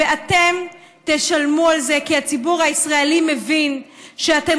ואתם תשלמו על זה כי הציבור הישראלי מבין שאתם